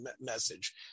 message